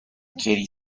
katie